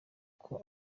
uko